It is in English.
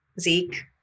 Zeke